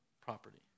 property